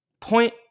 point